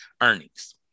earnings